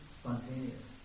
spontaneous